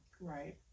Right